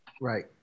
right